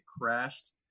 crashed